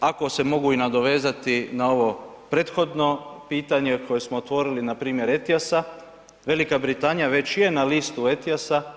Ako se mogu i nadovezati na ovo prethodno pitanje koje smo otvorili npr. ETIAS-a, Velika Britanija već je na listi ETIAS-a.